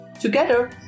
together